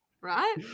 right